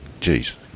Jeez